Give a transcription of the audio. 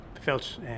felt